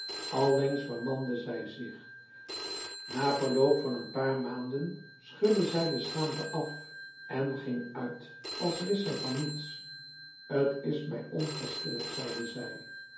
allengs vermande zij zich na verloop van een paar maanden schudde zij de schaamte af en ging uit als wist zij van niets t is mij onverschillig zeide zij